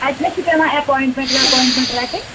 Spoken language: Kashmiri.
اَتہِ ما چھِ پیٚوان اپۄیِنٛٹمنٹ ویٚۄیِنٛٹمنٹ رَٹٕنۍ